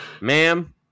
Ma'am